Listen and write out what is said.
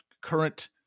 current